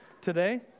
today